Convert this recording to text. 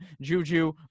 Juju